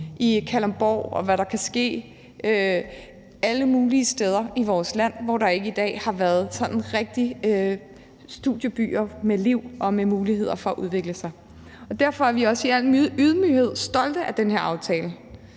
i Kalundborg, og hvad der kan ske alle mulige steder i vores land, som ikke har været sådan rigtige studiebyer med liv og mulighed for at udvikle sig. Derfor er vi også i al ydmyghed stolte af den her aftale.